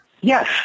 Yes